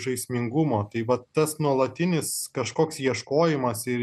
žaismingumo tai vat tas nuolatinis kažkoks ieškojimas ir